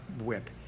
whip